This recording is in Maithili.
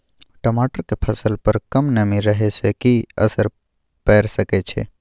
टमाटर के फसल पर कम नमी रहै से कि असर पैर सके छै?